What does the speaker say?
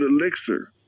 elixir